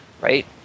right